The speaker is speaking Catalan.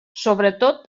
sobretot